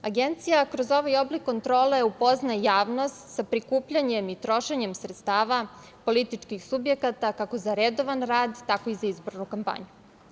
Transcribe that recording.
Agencija kroz ovaj oblik kontrole upoznaje javnost sa prikupljanjem i trošenjem sredstava političkih subjekata, kako za redovan rad, tako i za izbornu kampanju.